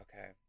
Okay